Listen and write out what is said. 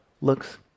looks